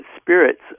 spirits